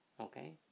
Okay